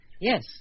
yes